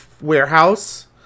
warehouse